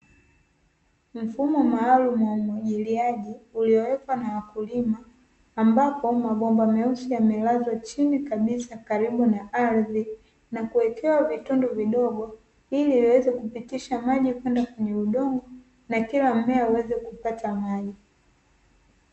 Mfumo maalumu wa umwagiliaji uliowekwa na wakulima ambapo mabomba meusi yamelazwa chini kabisa karibu na ardhi nakuwekewa vitundu vidogo, ili liwezekupitisha maji kwenda kwenye udongo na kila mmea uweze kupata maji.